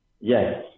Yes